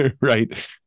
right